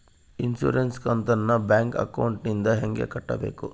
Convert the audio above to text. Insurance ಕಂತನ್ನ bank ಅಕೌಂಟಿಂದ ಹೆಂಗ ಕಟ್ಟಬೇಕು?